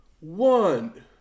one